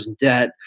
debt